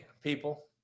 people